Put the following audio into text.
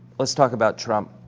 let's talk about trump,